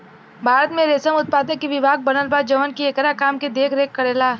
भारत में रेशम उत्पादन के विभाग बनल बा जवन की एकरा काम के देख रेख करेला